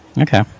Okay